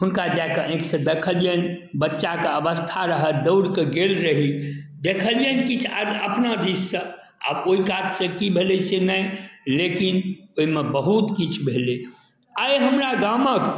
हुनका जाकऽ आँखिसँ देखलिअनि बच्चाके अवस्था रहै दौड़िकऽ गेल रही देखलिअनि किछु आओर अपना दिससँ आब ओहिकातसँ कि भेलै से नहि लेकिन ओहिमे बहुत किछु भेलै आइ हमरा गामके